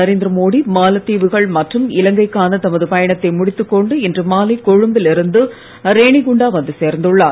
நரேந்திர மோடி மாத்தீவுகள் மற்றும் இலங்கை க்கான தமது பயணத்தை முடித்துக் கொண்டு இன்று மாலை கொழும்பில் இருந்து ரேணிகுண்டா வந்து சேர்ந்துள்ளார்